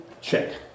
check